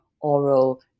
oral